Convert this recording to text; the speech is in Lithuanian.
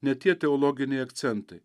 ne tie teologiniai akcentai